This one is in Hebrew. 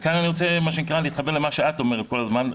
וכאן אני רוצה להתחבר למה שאת אומרת כל הזמן,